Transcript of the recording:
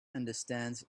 understands